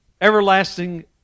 everlasting